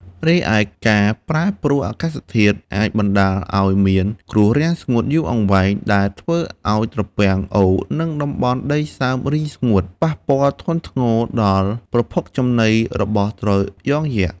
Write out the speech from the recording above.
រីឯការប្រែប្រួលអាកាសធាតុអាចបណ្តាលឲ្យមាន គ្រោះរាំងស្ងួតយូរអង្វែង ដែលធ្វើឲ្យត្រពាំង អូរ និងតំបន់ដីសើមរីងស្ងួត ប៉ះពាល់ធ្ងន់ធ្ងរដល់ប្រភពចំណីរបស់ត្រយងយក្ស។